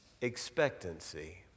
expectancy